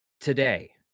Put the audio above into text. today